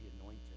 anointed